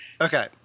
Okay